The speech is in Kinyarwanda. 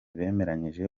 bemeranyije